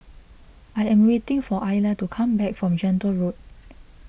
I am waiting for Ayla to come back from Gentle Road